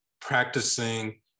practicing